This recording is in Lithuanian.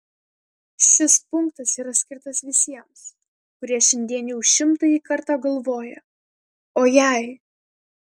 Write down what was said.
šis punktas yra skirtas visiems kurie šiandien jau šimtąjį kartą galvoja o jei